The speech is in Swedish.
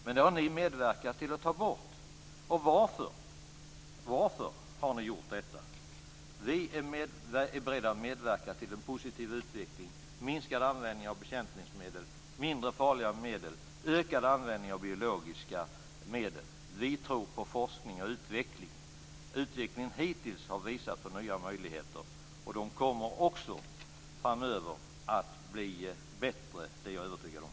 Men det har ni medverkat till att ta bort. Varför har ni gjort detta? Vi är beredda att medverka till en positiv utveckling, minskad användning av bekämpningsmedel, mindre farliga medel, ökad användning av biologiska medel. Vi tror på forskning och utveckling. Utvecklingen hittills har visat på nya möjligheter, och de kommer också framöver att bli bättre, det är jag övertygad om.